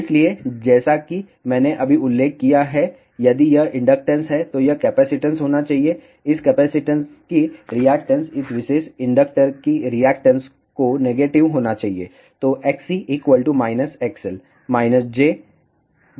इसलिए जैसा कि मैंने अभी उल्लेख किया है यदि यह इंडक्शन है तो यह कैपेसिटेंस होना चाहिए इस कैपेसिटेंस की रिएक्टैंस इस विशेष इंडक्टर की रिएक्टैंस को नेगेटिव होना चाहिए